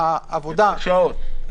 מדובר ביותר שעות,